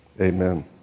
Amen